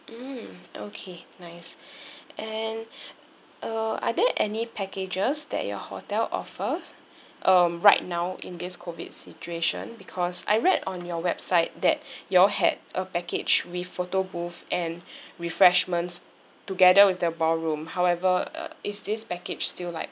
mm okay nice and uh are there any packages that your hotel offers um right now in this COVID situation because I read on your website that you all had a package with photo booth and refreshments together with the ballroom however is this package still like